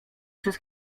przez